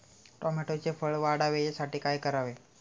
टोमॅटोचे फळ वाढावे यासाठी काय करावे?